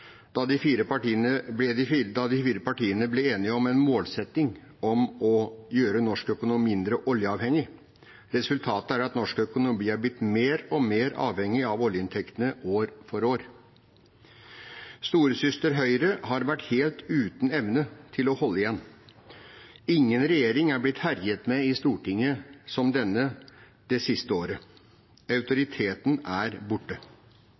ble de fire partiene enige om en målsetting om å gjøre norsk økonomi mindre oljeavhengig. Resultatet er at norsk økonomi er blitt mer og mer avhengig av oljeinntektene år for år. Storesøster Høyre har vært helt uten evne til å holde igjen. Ingen regjering er blitt herjet med i Stortinget som denne det siste året. Autoriteten er borte.